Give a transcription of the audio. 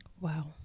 Wow